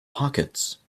pockets